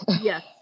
yes